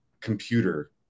computer